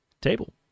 table